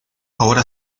ahora